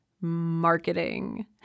marketing